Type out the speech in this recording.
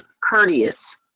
courteous